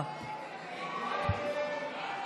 לא נתקבלה.